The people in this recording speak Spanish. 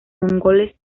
mongoles